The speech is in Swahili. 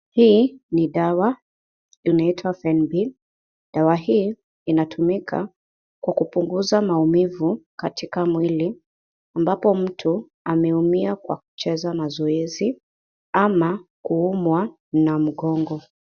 Hii ni dawa, inaitwa Fenbid. Dawa hii, inatumika kwa kupunguza maumivu katika mwili. Ambapo mtu, ameumia kwa kucheza mazoezi, ama kuumwa na mgongo.